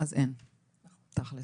אז אין, תכלס.